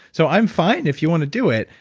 so i'm fine if you want to do it,